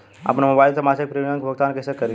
आपन मोबाइल से मसिक प्रिमियम के भुगतान कइसे करि?